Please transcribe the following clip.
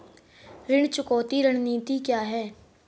ऋण चुकौती रणनीति क्या है?